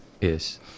yes